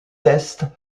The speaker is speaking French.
tests